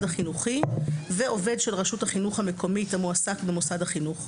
החינוכי ועובד של רשות החינוך המקומית המועסק במוסד החינוך,